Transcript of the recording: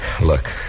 Look